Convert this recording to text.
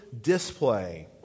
display